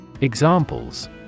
Examples